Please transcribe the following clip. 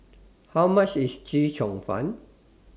How much IS Chee Cheong Fun